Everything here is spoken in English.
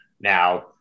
now